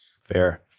Fair